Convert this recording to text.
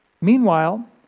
Meanwhile